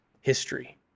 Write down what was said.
history